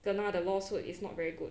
kena the lawsuit is not very good